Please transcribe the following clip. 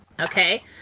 Okay